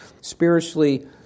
spiritually